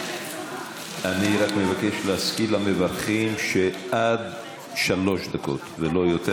אני רק מבקש להזכיר למברכים שעד שלוש דקות ולא יותר,